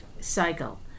cycle